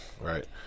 right